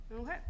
Okay